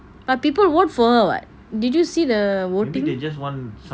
but people vote for her [what] did you see the